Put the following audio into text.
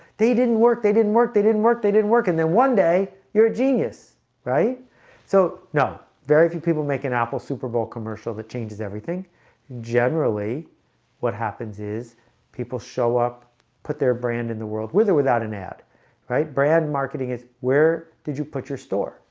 they didn't work. they didn't work they didn't work they didn't work and then one day you're a genius right so know very few people make an apple superbowl commercial that changes everything generally what happens is people show up put their brand in the world with or without an ad right brad marketing is where did you put your store?